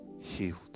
Healed